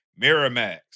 Miramax